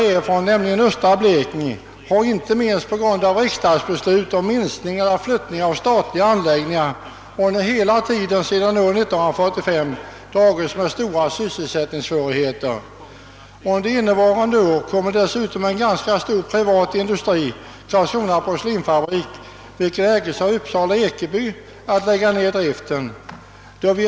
Min hemtrakt, östra Blekinge, har sedan 19435 dragits med stora sysselsättningssvårigheter, detta inte minst på grund av riksdagsbeslut om inskränkningar i eller flyttning av statliga anläggningar. Under innevarande år kommer dessutom en ganska stor privat industri, Karlskrona porslinfabrik — vilken äges av Upsala-Ekeby — att lägga ned driften.